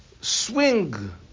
swing